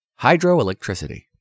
Hydroelectricity